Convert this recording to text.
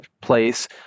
place